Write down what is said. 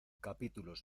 capítulos